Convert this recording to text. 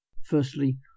Firstly